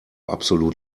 absolut